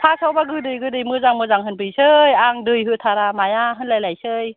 फासयावबा गोदै गोदै मोजां मोजां होनफैसै आं दै होथारा माया होनलाय लायसै